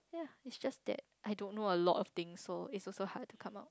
is just that I don't know a lot of things so is also hard to come up